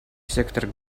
сектор